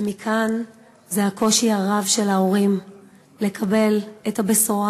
ומכאן הקושי הרב של ההורים לקבל את הבשורה